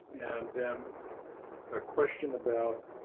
and then a question about